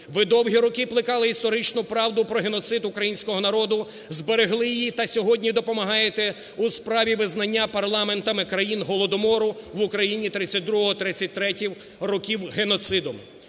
Ви довгі роки плекали історичну правду про геноцид українського народу, зберегли її та сьогодні допомагаєте у справі визнання парламентами країн Голодомору в Україні 1932-33 років геноцидом.